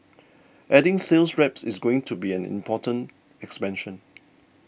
adding sales reps is going to be an important expansion